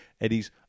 Eddie's